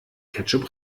ketchup